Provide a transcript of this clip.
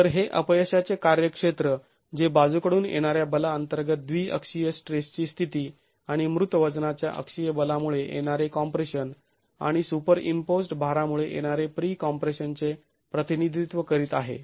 तर हे अपयशाचे कार्यक्षेत्र जे बाजूकडून येणाऱ्या बला अंतर्गत द्विअक्षीय स्ट्रेस ची स्थिती आणि मृत वजनाच्या अक्षीय बलामुळे येणारे कॉम्प्रेशन आणि सुपरईम्पोज्ड् भारामुळे येणारे प्री कॉम्प्रेशन चे प्रतिनिधित्व करीत आहे